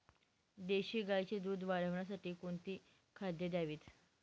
देशी गाईचे दूध वाढवण्यासाठी कोणती खाद्ये द्यावीत?